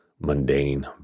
mundane